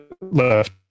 left